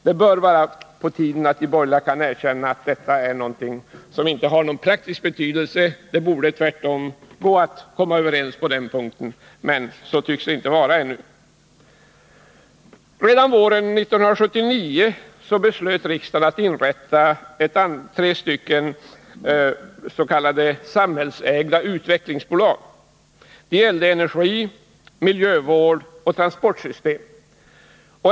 Det bör vara på tiden att de borgerliga kan erkänna att detta är någonting som inte har någon praktisk betydelse — det borde tvärtom gå att komma överens på den punkten, men så tycks det inte vara ännu. Redan våren 1979 beslöt riksdagen att tre s.k. samhällsägda utvecklingsbolag skulle inrättas. De skulle inriktas på områdena energi, miljövård och transportsystem.